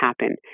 happen